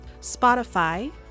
Spotify